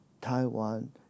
Taiwan